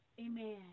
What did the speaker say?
amen